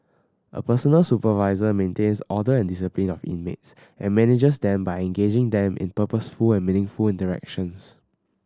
a personal supervisor maintains order and discipline of inmates and manages them by engaging them in purposeful and meaningful interactions